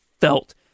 felt